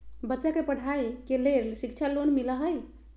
बच्चा के पढ़ाई के लेर शिक्षा लोन मिलहई?